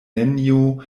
nenio